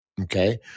okay